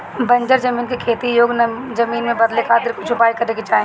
बंजर जमीन के खेती योग्य जमीन में बदले खातिर कुछ उपाय करे के चाही